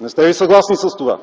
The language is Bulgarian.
Не сте ли съгласна с това?